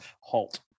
HALT